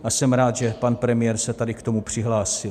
A jsem rád, že pan premiér se tady k tomu přihlásil.